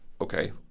okay